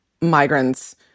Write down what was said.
migrants